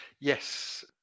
Yes